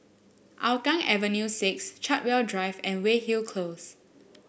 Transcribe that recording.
Hougang Avenue Six Chartwell Drive and Weyhill Close